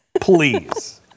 please